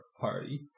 party